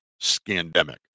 scandemic